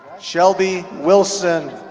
shelby wilson.